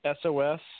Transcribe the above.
SOS